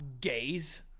gays